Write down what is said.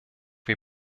wir